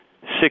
six